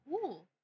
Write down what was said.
cool